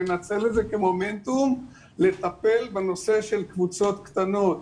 זה כמומנטום ולטפל בנושא של קבוצות קטנות.